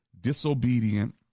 disobedient